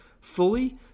fully